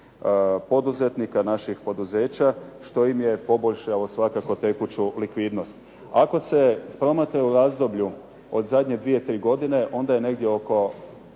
poduzetnika, naših poduzeća, što im je poboljšalo svakako tekuću likvidnost. Ako se promatra u razdoblju od zadnje dvije, tri godine onda je negdje 6